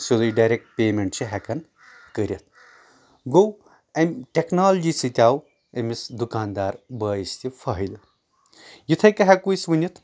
سیٚودُے direct payment چھِ ہٮ۪کان کٔرتھ گوٚو امہِ ٹٮ۪کنالجی سۭتۍ آو أمِس دُکاندار بٲیِس تہِ فٲیِدٕ یِتھٕے کٔنۍ ہٮ۪کو أسۍ ؤنِتھ